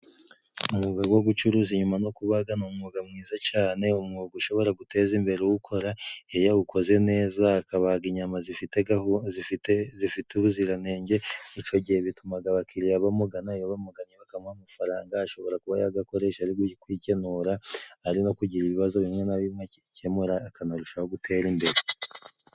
Umwuga go gucuruza inyama no kubaga ni umwuga mwiza cane umwuga ushobora guteza imbere uwukora iyo awukoze neza akabaga inyama zifite gahunda ,zifite zifite ubuziranenge ico gihe bitumaga abakiliriya bamugana iyo bamuganye bakamuha amafaranga ashobora kuba yagakoresha ari kwikenura ari no kugira ibibazo bimwe na bimwe akemura akanarushaho gutera imbere.